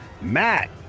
Matt